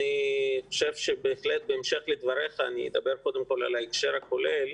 אדבר על ההקשר הכולל.